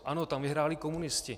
Ano, tam vyhráli komunisti.